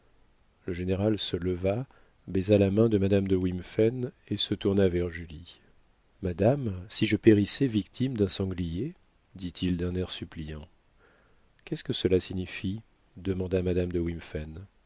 le général se leva baisa la main de madame de wimphen et se tourna vers julie madame si je périssais victime d'un sanglier dit-il d'un air suppliant qu'est-ce que cela signifie demanda madame de